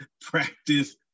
practice